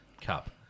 Cup